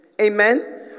Amen